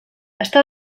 està